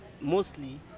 mostly